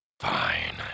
Fine